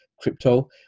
crypto